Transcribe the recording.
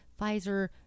Pfizer